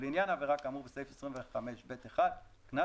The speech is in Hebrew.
ולעניין עבירה כאמור בסעיף 25(ב1) קנס